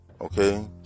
okay